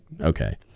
okay